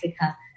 Africa